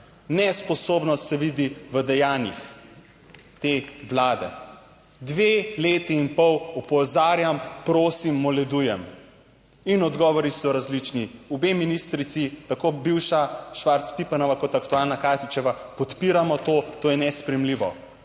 Nesposobnost se vidi v dejanjih te vlade. Dve leti in pol opozarjam, prosim, moledujem in odgovori so različni. Obe ministrici, tako bivša Švarc Pipanova kot aktualna Katičeva podpiramo to, to je nesprejemljivo.